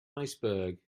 iceberg